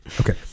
Okay